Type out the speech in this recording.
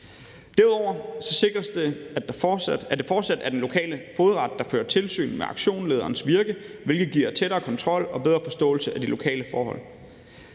Derudover sikres det, at det fortsat er den lokale fogedret, der fører tilsyn med auktionslederens virke, hvilket giver en tættere kontrol og bedre forståelse af de lokale forhold.